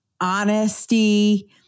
honesty